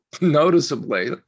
Noticeably